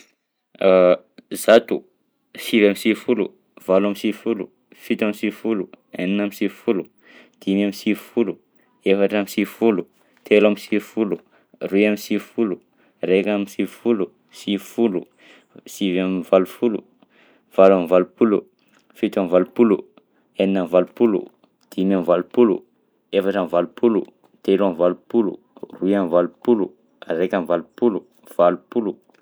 Zato, sivy am'sivifolo, valo am'sivifolo, fito am'sivifolo, enina am'sivifolo, dimy am'sivifolo, efatra am'sivifolo, telo am'sivifolo, roy am'sivifolo, raika am'sivifolo, sivifolo, sivy am'valofolo, valo am'valopolo, fito am'valopolo, enina am'valopolo, dimy am'valopolo, efatra am'valopolo, telo am'valopolo, roy am'valopolo, raika am'valopolo, valopolo.